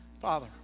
Father